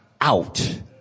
out